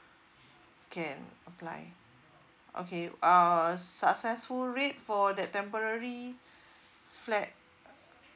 can apply okay uh successful bid for the temporary flat